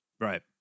Right